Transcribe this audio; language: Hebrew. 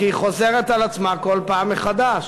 כי היא חוזרת על עצמה כל פעם מחדש.